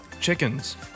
chickens